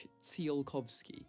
Tsiolkovsky